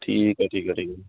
ਠੀਕ ਹੈ ਠੀਕ ਹੈ ਠੀਕ ਹੈ